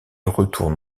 retourne